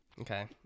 Okay